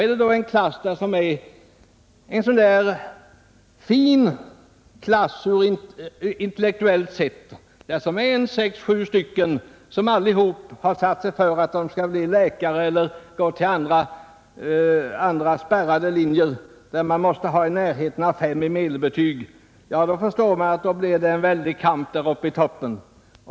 Är det då en fin klass, där sex eller sju föresatt sig att bli läkare eller studera på andra spärrade linjer där man måste ha i närheten av 5 i medelbetyg, då måste man förstå att det blir en väldig kamp uppe i toppen.